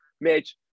Mitch